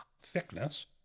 thickness